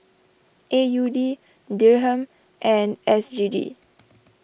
A U D Dirham and S G D